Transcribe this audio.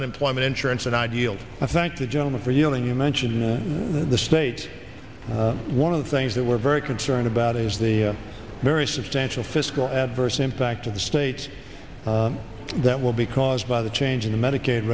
unemployment insurance and ideal i thank the gentleman for yielding you mentioned the state one of the things that we're very concerned about is the very substantial fiscal adverse impact of the states that will be caused by the change in the medicaid